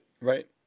Right